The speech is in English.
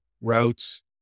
routes